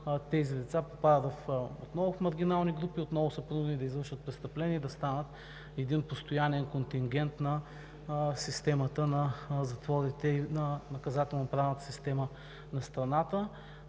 тези лица попадат отново в маргинални групи, и отново са принудени да извършват престъпления и да станат един постоянен контингент на системата на затворите и на наказателно-правната система на страната.